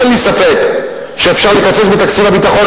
אין לי ספק שאפשר לקצץ בתקציב הביטחון,